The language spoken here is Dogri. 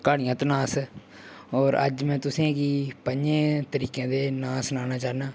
घाड़ियां तनाह्स और अज्ज में तुसें गी प'ञें तरीकें दे नांऽ सनाना चाह्न्नां